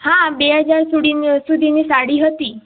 હા બે હજાર સુડીન સુધીની સાડી હતી